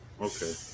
Okay